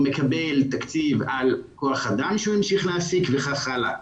הוא מקבל תקציב על כוח אדם שהוא המשיך להעסיק וכך הלאה.